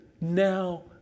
now